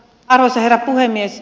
arvoisa herra puhemies